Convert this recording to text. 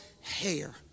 hair